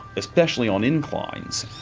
especially on inclines.